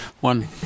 one